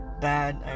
bad